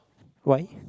why